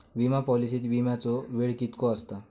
विमा पॉलिसीत विमाचो वेळ कीतको आसता?